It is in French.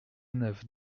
neuf